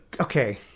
Okay